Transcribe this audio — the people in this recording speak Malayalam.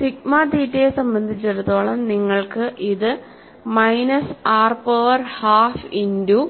സിഗ്മ തീറ്റയെ സംബന്ധിച്ചിടത്തോളം നിങ്ങൾക്ക് ഇത് minus r power minus half into